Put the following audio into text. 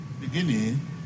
beginning